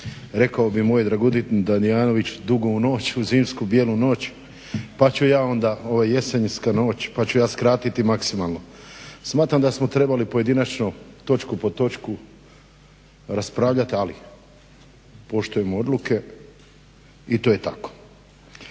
Rekao bi moj Dragutin Tadijanović dugo u noć, u zimsku bijelu noć pa ću i ja onda ovo je jesenska noć pa ću ja skratiti maksimalno. Smatram da smo trebali pojedinačno točku po točku raspravljati, ali poštujem odluke i to je tako.